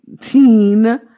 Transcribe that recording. teen